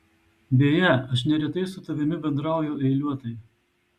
beje aš neretai su tavimi bendrauju eiliuotai